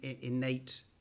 innate